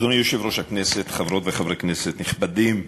אדוני יושב-ראש הכנסת, חברות וחברי כנסת נכבדים,